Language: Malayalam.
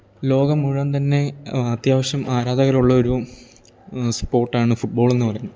ലോകം മുഴവൻ തന്നെ അത്യാവശ്യം ആരാധകരുള്ള ഒരു സ്പോട്ടാണ് ഫുട്ബോളെന്ന് പറയുന്നത്